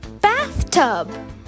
Bathtub